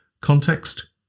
context